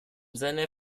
seiner